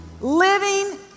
living